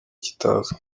kitazwi